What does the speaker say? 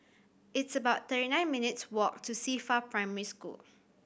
it's about thirty nine minutes' walk to Qifa Primary School